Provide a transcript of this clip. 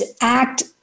act